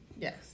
Yes